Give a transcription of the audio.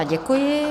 Děkuji.